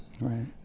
right